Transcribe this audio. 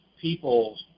people